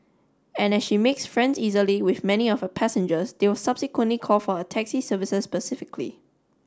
and as she makes friends easily with many of her passengers they will subsequently call for her taxi services specifically